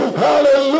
hallelujah